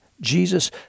Jesus